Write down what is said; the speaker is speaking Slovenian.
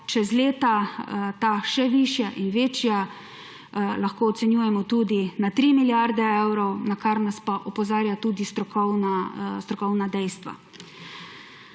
čez leta ta še višja in večja, lahko ocenjujemo tudi na tri milijarde evrov, na kar nas pa opozarjajo tudi strokovna dejstva,